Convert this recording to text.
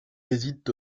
résident